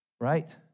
right